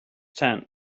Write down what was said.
tent